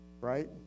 Right